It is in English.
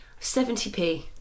70p